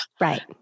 right